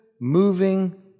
moving